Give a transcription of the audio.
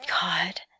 God